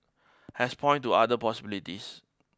has point to other possibilities